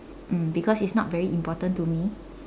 mm because it's not very important to me